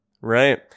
right